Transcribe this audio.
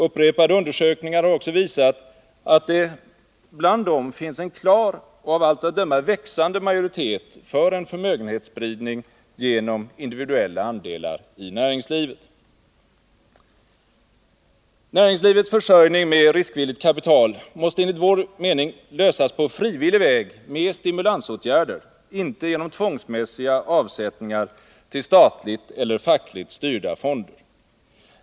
Upprepade undersökningar har också visat att det bland dem finns en klar och av allt att döma växande majoritet för en förmögenhetsspridning genom individuella andelar i näringslivet. Näringslivets försörjning med riskvilligt kapital måste enligt vår mening lösas på frivillig väg med stimulansåtgärder, inte genom tvångsmässiga avsättningar till statligt eller fackligt styrda fonder.